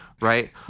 right